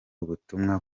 ubutumwa